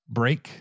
break